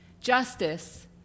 Justice